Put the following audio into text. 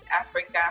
Africa